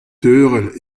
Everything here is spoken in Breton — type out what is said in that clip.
teurel